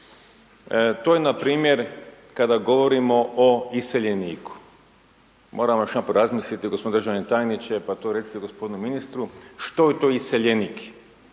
To je npr. kada govorimo o iseljeniku. Moramo još jedanput razmisliti g. državni tajniče, pa to recite g. ministru. Što je to iseljenik?